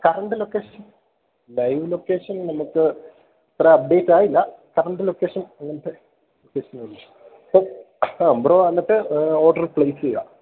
current location live location നമുക്ക് അത്ര അപ്ഡേറ്റായിട്ടില്ല കറൻറ്റ് ലൊക്കേഷൻ അങ്ങനത്തെ ബ്രോ എന്നിട്ടു ഓർഡര് പ്ലെയ്സ് ചെയ്യുക